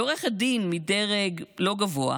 היא עורכת דין מדרג לא גבוה,